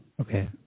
Okay